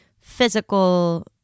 physical